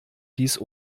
dies